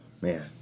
Man